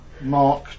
Mark